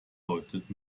deutet